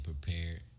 prepared